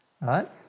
right